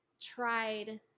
tried